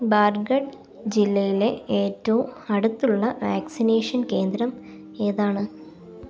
ബർഗഢ് ജില്ലയിലെ ഏറ്റവും അടുത്തുള്ള വാക്സിനേഷൻ കേന്ദ്രം ഏതാണ്